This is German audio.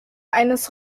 eines